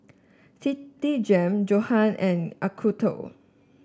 Citigem Johan and Acuto